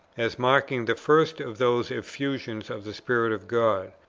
as marking the first of those effusions of the spirit of god,